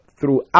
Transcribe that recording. throughout